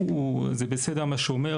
שזה בסדר מה שהוא אומר,